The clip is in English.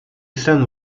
sen